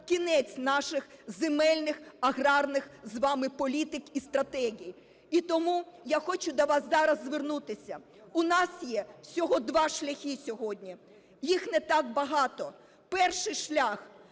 кінець наших земельних, аграрних з вами політик і стратегій. І тому я хочу до вас зараз звернутися. У нас є всього два шляхи сьогодні, їх не так багато. Перший шлях